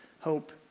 hope